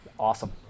Awesome